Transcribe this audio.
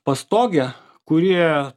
pastoge kuri